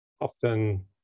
often